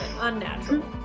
Unnatural